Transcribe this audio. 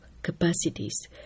capacities